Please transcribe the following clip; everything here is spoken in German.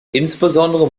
insbesondere